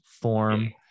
form